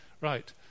right